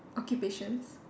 occupations